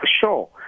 sure